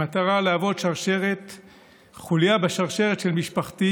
במטרה להיות חוליה בשרשרת של משפחתי